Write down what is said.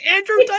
Andrew